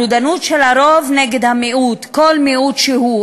הרודנות של הרוב נגד המיעוט, כל מיעוט שהוא.